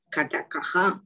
Katakaha